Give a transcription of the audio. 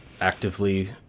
actively